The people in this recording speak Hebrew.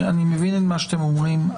אני מבין מה אתם אומרים.